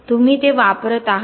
तुम्ही ते वापरत आहात